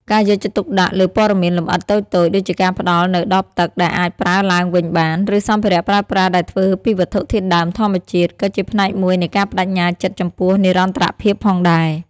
ការយកចិត្តទុកដាក់លើព័ត៌មានលម្អិតតូចៗ ដូចជាការផ្តល់នូវដបទឹកដែលអាចប្រើឡើងវិញបាន ឬសម្ភារៈប្រើប្រាស់ដែលធ្វើពីវត្ថុធាតុដើមធម្មជាតិ ក៏ជាផ្នែកមួយនៃការប្តេជ្ញាចិត្តចំពោះនិរន្តរភាពផងដែរ។